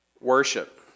Worship